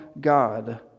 God